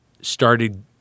started